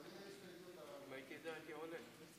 אם הייתי יודע, הייתי עולה.